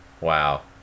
wow